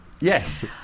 Yes